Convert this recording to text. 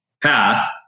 path